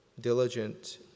diligent